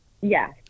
Yes